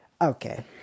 okay